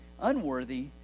unworthy